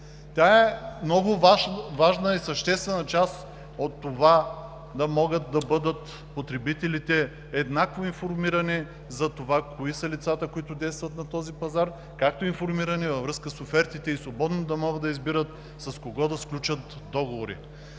Тя е много важна и съществена част от това да могат потребителите да бъдат еднакво информирани за това кои са лицата, които действат на този пазар, както и информирани във връзка с офертите, за да могат свободно да избират с кого да сключват договори.